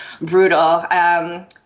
brutal